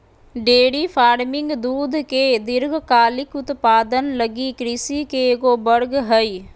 dairy farming दूध के दीर्घकालिक उत्पादन लगी कृषि के एगो वर्ग हइ